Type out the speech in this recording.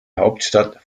hauptstadt